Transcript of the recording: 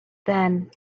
then